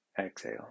exhale